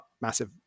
massive